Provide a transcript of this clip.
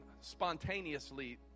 spontaneously